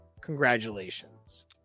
congratulations